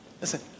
listen